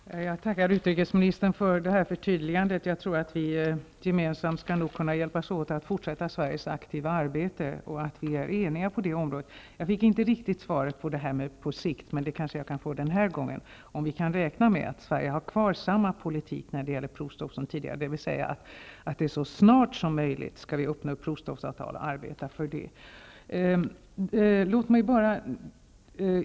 Fru talman! Jag tackar utrikesministern för förtydligandet. Jag tror att vi är eniga om att vi gemensamt skall kunna fortsätta att hjälpas åt med Sveriges aktiva arbete för provstopp och kärnvapennedrustning. Jag fick inte riktigt svar när det gällde uttrycket ''på sikt''. Men det kanske jag kan få den här gången. Det gäller alltså om vi kan räkna med att Sverige skall föra samma politik som tidigare när det gäller provstopp, dvs. att arbeta för att så snart som möjligt uppnå ett provstoppsavtal.